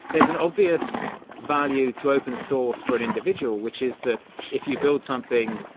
there is an obvious value to open source for an individual, which is that if you build something,